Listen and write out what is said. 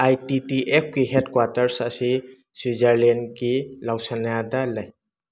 ꯑꯥꯏ T T F ꯀꯤ headquarters ꯑꯁꯤ ꯁ꯭ꯋꯤꯠꯖꯔꯂꯦꯟꯒꯤ ꯂꯥꯎꯁꯟꯌꯥꯗ ꯂꯩ